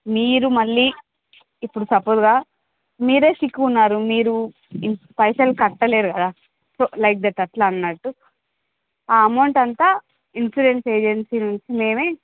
మీరు మళ్ళీ ఇప్పుడు సపోజ్ మీరు సిక్ ఉన్నారు మీరు పైసలు కట్టలేరు కదా సో లైక్ దట్ అట్లా అన్నట్టు ఆ అమౌంట్ అంతా ఇన్సూరెన్స్ ఏజెన్సీ నుంచి మేము